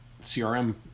CRM